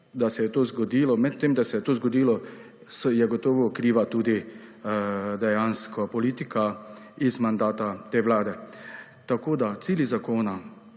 ali ne, da se je to zgodilo, je gotovo »kriva« tudi politika v mandatu te Vlade. Tako so cilji zakona